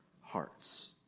hearts